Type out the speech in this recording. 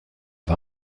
war